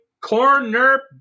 corner